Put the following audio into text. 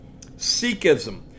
Sikhism